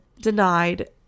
denied